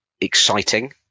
exciting